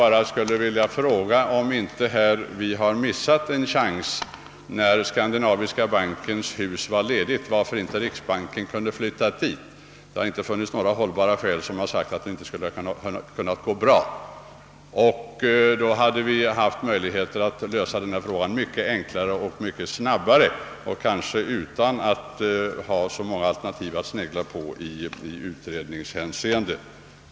Jag skulle bara vilja ifrågasätta, om vi inte missade en chans då Skandinaviska bankens hus var ledigt. Varför kunde inte riksbanken ha flyttat dit? Det har inte angivits några hållbara skäl mot en sådan lösning. Då hade det funnits möjligheter att lösa problemet för riksdagens del mycket enklare och snabbare och kanske utan att behöva låta utredningen snegla på så många alternativ.